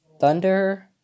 Thunder